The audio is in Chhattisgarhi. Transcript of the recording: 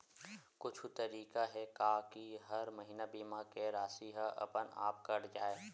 कुछु तरीका हे का कि हर महीना बीमा के राशि हा अपन आप कत जाय?